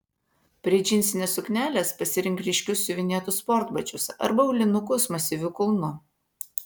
prie džinsinės suknelės pasirink ryškius siuvinėtus sportbačius arba aulinukus masyviu kulnu